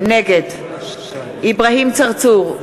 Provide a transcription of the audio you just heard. נגד אברהים צרצור,